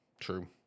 true